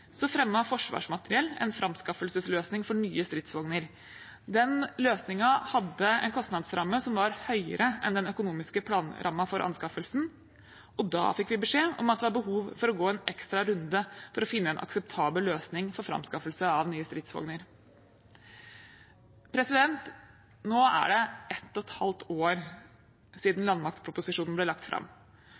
Så kom revidert i 2018, og regjeringen ga beskjed om at det ikke lot seg gjøre. Nesten samtidig fremmet Forsvarsmateriell en framskaffelsesløsning for nye stridsvogner. Den løsningen hadde en kostnadsramme som nå er høyere enn den økonomiske planrammen for anskaffelsen, og da fikk vi beskjed om at det var behov for å gå en ekstra runde for å finne en akseptabel løsning for anskaffelse av nye stridsvogner. Nå er det et og et